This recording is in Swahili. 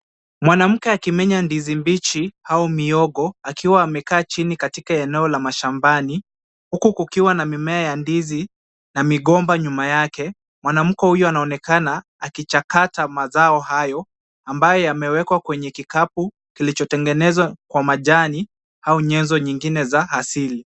Mwanamke akimenya ndizi mbichi au mihogo akiwa amekaa chini katika eneo la mashambani huku kukiwa na mimea ya ndizi na migomba nyuma yake, mwanamke huyu anaonekana akichata mazao hayo ambayo yamewekwa kwenye kikapu kilichotengenezwa kwa majani au nyenzo zingine za asili